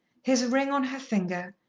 his ring on her finger,